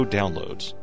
downloads